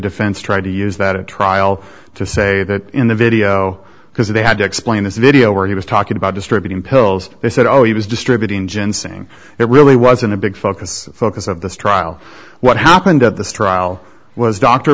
defense tried to use that a trial to say that in the video because they had to explain this video where he was talking about distributing pills they said oh he was distributing gin saying it really wasn't a big focus focus of this trial what happened at the struggle was d